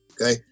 okay